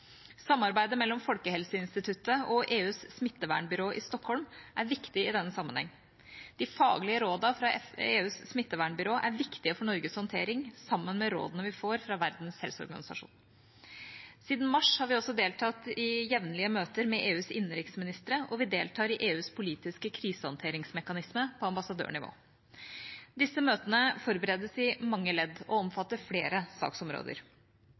Samarbeidet mellom Folkehelseinstituttet og EUs smittevernbyrå i Stockholm er viktig i denne sammenheng. De faglige rådene fra EUs smittevernbyrå er viktige for Norges håndtering, sammen med rådene vi får fra Verdens helseorganisasjon. Siden mars har vi også deltatt på jevnlige møter med EUs innenriksministre, og vi deltar i EUs politiske krisehåndteringsmekanisme på ambassadørnivå. Disse møtene forberedes i mange ledd og omfatter flere saksområder.